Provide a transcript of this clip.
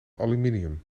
aluminium